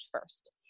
first